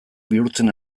bihurtzen